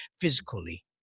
physically